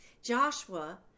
Joshua